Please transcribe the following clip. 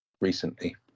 recently